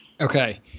Okay